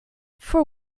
for